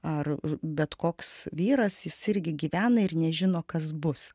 ar bet koks vyras jis irgi gyvena ir nežino kas bus